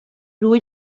joué